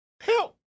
help